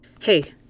Hey